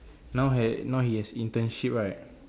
now had now he has internship right